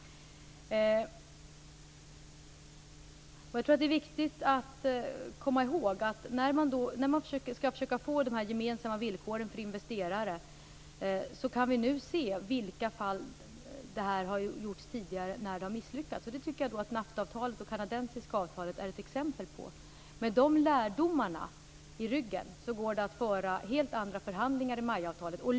Det är viktigt att komma ihåg att när man skall försöka få gemensamma villkor för investerare kan vi se de fall där man tidigare misslyckats. Jag tycker att NAFTA-avtalet och det kanadensiska avtalet är ett exempel på detta. Med de lärdomarna i ryggen går det att föra helt andra förhandlingar i samband med MAI.